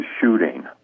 shooting